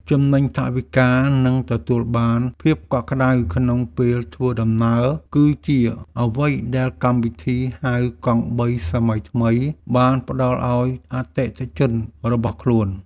ចំណេញថវិកានិងទទួលបានភាពកក់ក្តៅក្នុងពេលធ្វើដំណើរគឺជាអ្វីដែលកម្មវិធីហៅកង់បីសម័យថ្មីបានផ្ដល់ឱ្យអតិថិជនរបស់ខ្លួន។